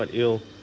but ill.